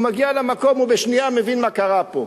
והוא מגיע למקום ובשנייה הוא מבין מה קרה פה.